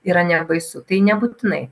yra nebaisu tai nebūtinai